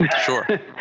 Sure